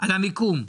על המיקום?